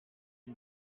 une